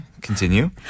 Continue